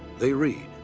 they read,